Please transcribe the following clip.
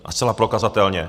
A zcela prokazatelně.